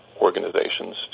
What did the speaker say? Organizations